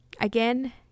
again